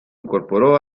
incorporó